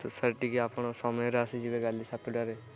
ତ ସାର୍ ଟିକେ ଆପଣ ସମୟରେ ଆସିଯିବେ କାଲି ସାତଟାରେ